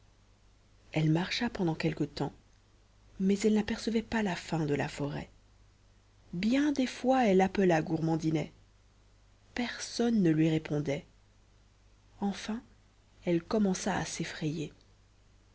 elle marcha pendant quelque temps mais elle n'apercevait pas la fin de la forêt bien des fois elle appela gourmandinet personne ne lui répondait enfin elle commença à s'effrayer